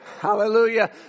Hallelujah